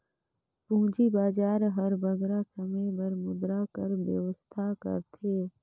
पूंजी बजार हर बगरा समे बर मुद्रा कर बेवस्था करथे